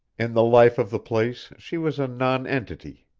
in the life of the place she was a nonentity,